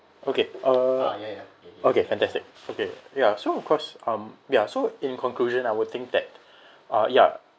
okay uh okay fantastic okay ya so of course um ya so in conclusion I would think that uh ya